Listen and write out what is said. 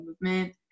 movement